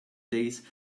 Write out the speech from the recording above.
days